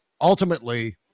ultimately